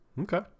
Okay